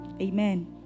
Amen